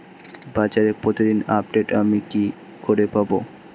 বাজারের প্রতিদিন আপডেট আমি কি করে পাবো?